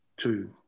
Two